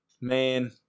Man